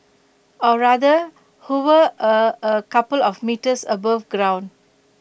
or rather hover A a couple of metres above ground